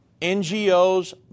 NGOs